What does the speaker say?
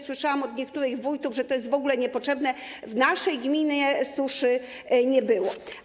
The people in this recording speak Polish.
Słyszałam od niektórych wójtów, że to jest w ogóle niepotrzebne, mówili: w naszej gminie suszy nie było.